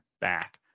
back